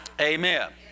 Amen